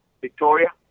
Victoria